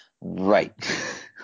Right